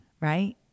Right